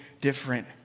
different